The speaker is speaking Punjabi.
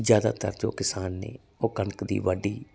ਜਿਆਦਾਤਰ ਜੋ ਕਿਸਾਨ ਨੇ ਉਹ ਕਣਕ ਦੀ ਵਾਢੀ